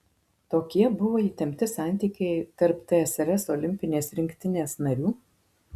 tokie buvo įtempti santykiai tarp tsrs olimpinės rinktinės narių